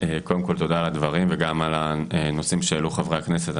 קודם כל תודה על הדברים וגם על הנושאים שהעלו חברי הכנסת.